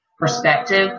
perspective